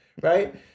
right